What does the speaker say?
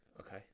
Okay